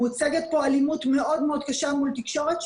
מוצגת פה אלימות מאוד מאוד קשה מול תקשורת,